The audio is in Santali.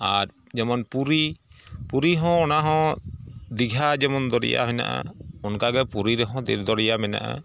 ᱟᱨ ᱡᱮᱢᱚᱱ ᱯᱩᱨᱤ ᱯᱩᱨᱤᱦᱚᱸ ᱚᱱᱟᱦᱚᱸ ᱫᱤᱜᱷᱟ ᱡᱮᱢᱚᱱ ᱫᱚᱨᱭᱟ ᱢᱮᱱᱟᱜᱼᱟ ᱚᱱᱠᱟᱜᱮ ᱯᱩᱨᱤ ᱨᱮᱦᱚᱸ ᱫᱚᱨᱭᱟ ᱢᱮᱱᱟᱜᱼᱟ